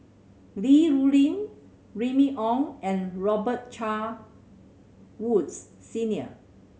Li Rulin Remy Ong and Robet Carr Woods Senior